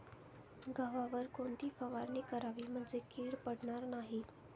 गव्हावर कोणती फवारणी करावी म्हणजे कीड पडणार नाही?